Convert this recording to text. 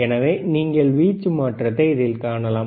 எனவே நீங்கள் வீச்சு மாற்றத்தை இதில் காணலாம்